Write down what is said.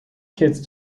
kids